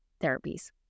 therapies